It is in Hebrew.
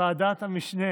ועדת המשנה